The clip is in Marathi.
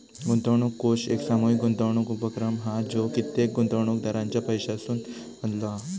गुंतवणूक कोष एक सामूहीक गुंतवणूक उपक्रम हा जो कित्येक गुंतवणूकदारांच्या पैशासून बनलो हा